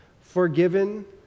forgiven